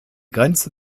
grenze